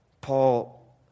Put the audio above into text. Paul